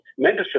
mentorship